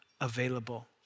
available